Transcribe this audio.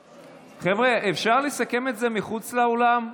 חבר'ה, אפשר לסכם את זה מחוץ לאולם?